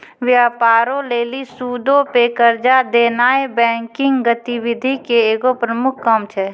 व्यापारो लेली सूदो पे कर्जा देनाय बैंकिंग गतिविधि के एगो प्रमुख काम छै